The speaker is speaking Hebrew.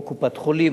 או קופת-חולים,